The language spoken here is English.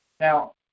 Now